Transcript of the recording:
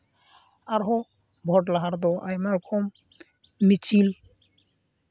ᱟᱨᱦᱚᱸ ᱵᱷᱳᱴ ᱞᱟᱦᱟ ᱨᱮᱫᱚ ᱟᱭᱢᱟ ᱨᱚᱠᱚᱢ ᱢᱤᱪᱷᱤᱞ